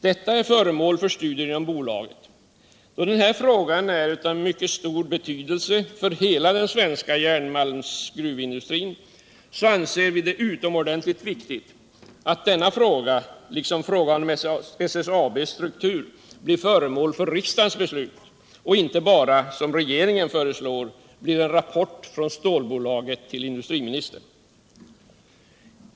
Detta är föremål för studier inom bolaget. Då frågan är av mycket stor betydelse för hela den svenska järnmalmsgruvindustrin anser vi det utomordentligt viktigt att den liksom frågan om SSAB:s struktur blir föremål för riksdagens beslut och att det inte bara som regeringen föreslår blir en rapport från stålbolaget till industriministern.